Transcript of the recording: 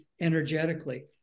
energetically